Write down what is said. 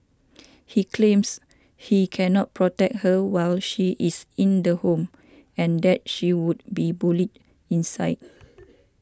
he claims he cannot protect her while she is in the home and that she would be bullied inside